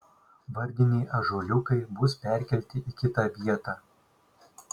vardiniai ąžuoliukai bus perkelti į kitą vietą